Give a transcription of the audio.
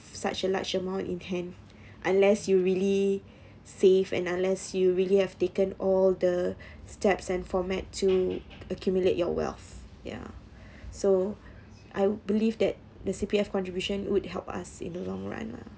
such a large amount in hand unless you really save and unless you really have taken all the steps and format to accumulate your wealth ya so I believe that the C_P_F contribution would help us in the long run lah